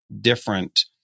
different